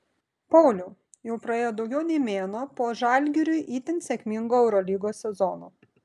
pauliau jau praėjo daugiau nei mėnuo po žalgiriui itin sėkmingo eurolygos sezono